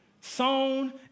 sown